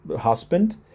husband